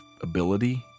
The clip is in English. ability